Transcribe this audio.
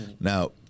Now